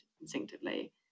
instinctively